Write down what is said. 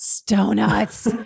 Donuts